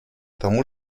тому